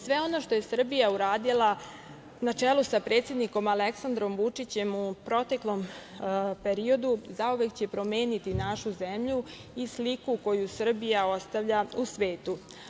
Sve ono što je Srbija uradila na čelu sa predsednikom Aleksandrom Vučićem u proteklom periodu zauvek će promeniti našu zemlju i sliku koju Srbija ostavlja u svetu.